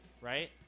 right